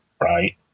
right